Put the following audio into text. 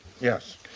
Yes